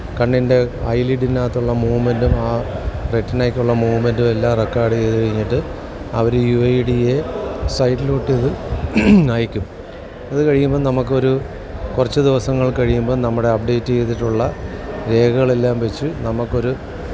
കണ്ണിന്റെ ഐ ലിഡ്ഡിനകത്തുള്ള മൂമെന്റും ആ റെറ്റിനക്കുള്ള മൂമെന്റ്റും എല്ലാം റെക്കോഡ് ചെയ്തു കഴിഞ്ഞിട്ട് അവർ യു ഐ ഡി എ സൈറ്റിലോട്ടിത് അയക്കും അതു കഴിയുമ്പം നമുക്കൊരു കുറച്ച് ദിവസങ്ങള് കഴിയുമ്പം നമ്മുടെ അപ്ഡേറ്റ് ചെയ്തിട്ടുള്ള രേഖകളെല്ലാം വെച്ചു നമുക്കൊരു